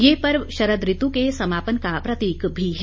ये पर्व शरद ऋत् के समापन का प्रतीक भी है